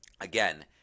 Again